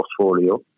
portfolio